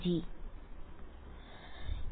വിദ്യാർത്ഥി ജി